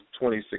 2016